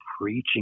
preaching